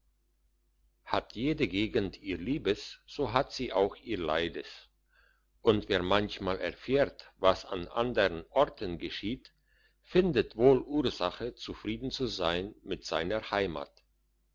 hat jede gegend ihr liebes so hat sie auch ihr leides und wer manchmal erfährt was an andern orten geschieht findet wohl ursache zufrieden zu sein mit seiner heimat